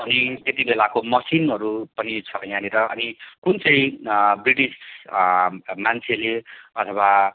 अनि त्यति बेलाको मसिनहरू पनि छ यहाँनिर अनि कुन चाहिँ ब्रिटिस मान्छेले अथवा